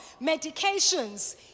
medications